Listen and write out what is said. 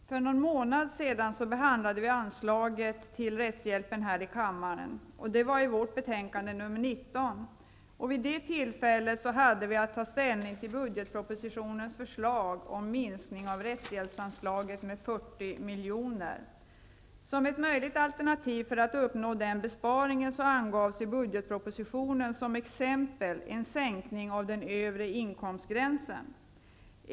Herr talman! För någon månad sedan behandlade vi anslaget till rättshjälpen här i kammaren. Det var justitieutskottets betänkande nr 19. Vid det tillfället hade vi att ta ställning till budgetpropositionens förslag om minskning av rättshjälpsanslaget med 40 milj.kr. Som ett möjligt alternativ för att uppnå den besparingen angavs i budgetpropositionen som exempel en sänkning av den övre inkomstgränsen.